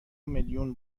میلیون